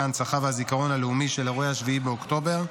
ההנצחה והזיכרון הלאומי של אירועי 7 באוקטובר.